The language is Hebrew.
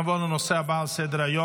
נעבור לנושא הבא על סדר-היום,